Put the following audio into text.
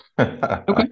Okay